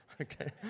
Okay